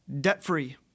debt-free